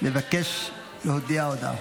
מבקש להודיע הודעה.